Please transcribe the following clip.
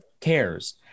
cares